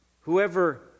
whoever